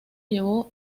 llevo